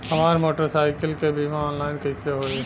हमार मोटर साईकीलके बीमा ऑनलाइन कैसे होई?